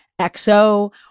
XO